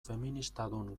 feministadun